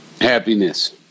Happiness